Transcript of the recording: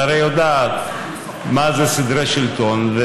את הרי יודעת מה זה סדרי שלטון,